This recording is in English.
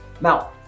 Now